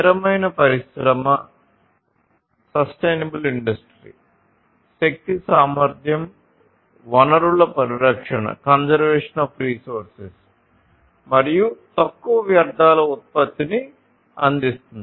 స్థిరమైన పరిశ్రమ మరియు తక్కువ వ్యర్థాల ఉత్పత్తిని అందిస్తుంది